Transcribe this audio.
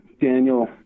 Daniel